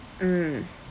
mm